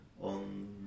on